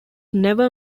never